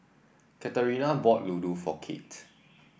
Katarina bought Ladoo for Kate